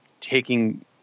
taking